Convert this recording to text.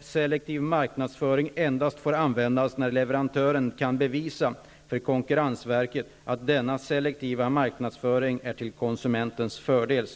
''selektiv marknadsföring endast får användas när leverantören kan bevisa för konkurrensverket att denna selektiva marknadsföring är till konsumentens fördel.''